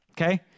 Okay